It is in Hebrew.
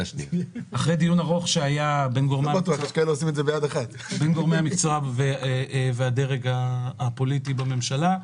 אחרי דיון ארוך שהיה בין גורמי המקצוע והדרג הפוליטי בממשלה,